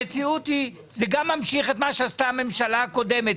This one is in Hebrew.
זה גם ממשיך את מה שעשתה הממשלה הקודמת.